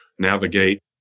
navigate